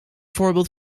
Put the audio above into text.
voorbeeld